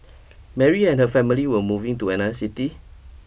Mary and her family were moving to another city